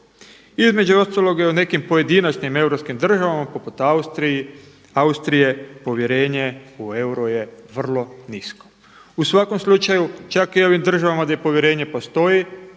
Između ostaloga i u nekim pojedinačnim europskim državama poput Austrije, povjerenje u euro je vrlo nisko. U svakom slučaju čak i u ovim državama gdje povjerenje postoji